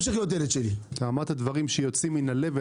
אמרת דברים שיוצאים מהלב.